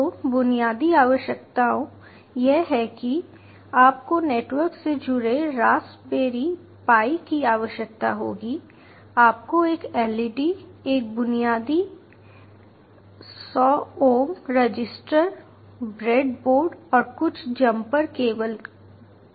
तो बुनियादी आवश्यकताओं यह है कि आपको नेटवर्क से जुड़े रास्पबेरी पाई की आवश्यकता होगी आपको एक LED एक बुनियादी 100 ओम रजिस्टर ब्रेडबोर्ड और कुछ जम्पर केबल की आवश्यकता होगी